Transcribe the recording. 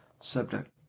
subject